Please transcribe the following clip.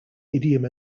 idiom